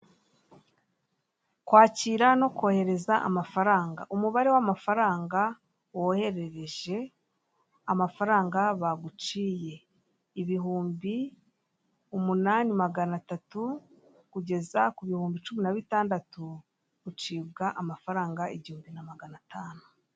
kwakira no kohereza amafaranga, umubare w'amafaranga woherereje amafaranga baguciye ibihumbi umunani magana atatu kugeza ku bihumbi cumi na bitandatu ucibwa amafaranga igihumbi na magana atanu.